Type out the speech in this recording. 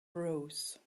rose